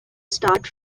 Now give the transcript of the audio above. start